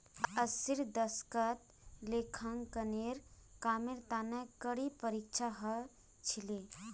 अस्सीर दशकत लेखांकनेर कामेर तने कड़ी परीक्षा ह छिले